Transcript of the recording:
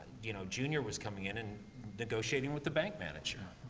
you know, junior was coming in and negotiating with the bank manager.